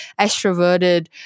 extroverted